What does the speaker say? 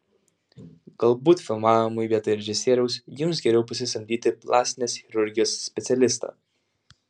galbūt filmavimui vietoj režisieriaus jums geriau pasisamdyti plastinės chirurgijos specialistą